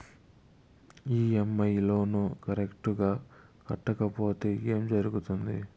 EMI loan correct గా కట్టకపోతే ఏం జరుగుతుంది